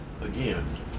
again